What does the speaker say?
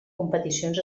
competicions